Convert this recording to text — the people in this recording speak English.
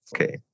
Okay